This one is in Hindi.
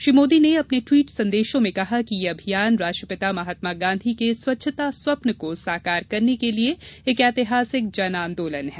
श्री मोदी ने अपने ट्वीट संदेशों में कहा कि यह अभियान राष्ट्रपिता महात्मा गॉधी के स्वच्छता स्वप्न को साकार बनाने के लिए एक ऐतिहासिक जन आंदोलन है